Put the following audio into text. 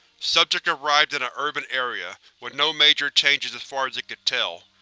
subject arrived in an urban area, with no major changes as far as it could tell.